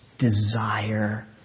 Desire